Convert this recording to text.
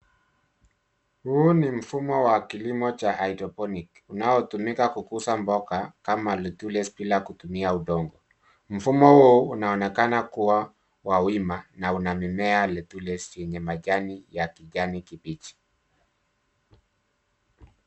Huu ni mfumo wa Kilimo cha Hydroponic , unaoutumika kukuza mboka kama letules bila kutumia udongo. Mfumo huu unaonekana kuwa wa wima na una mimea litules yenye majani ya kijani kibichi.